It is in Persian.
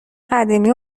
قدیمی